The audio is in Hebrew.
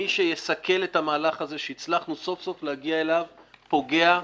מי שיסכל את המהלך הזה שהצלחנו סוף סוף להגיע אליו פוגע,